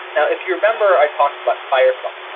now, if you remember, i talked about firefly,